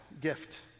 gift